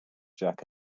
jack